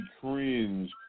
cringe